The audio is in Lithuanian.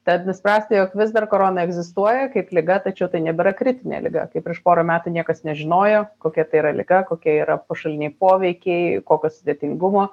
tad nuspręsta jog vis dar korona egzistuoja kaip liga tačiau tai nebėra kritinė liga kaip prieš porą metų niekas nežinojo kokia tai yra liga kokie yra pašaliniai poveikiai kokio sudėtingumo